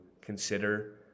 consider